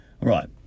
right